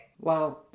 Wow